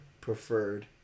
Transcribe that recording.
preferred